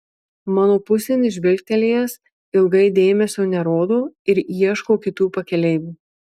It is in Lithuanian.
mano pusėn žvilgtelėjęs ilgai dėmesio nerodo ir ieško kitų pakeleivių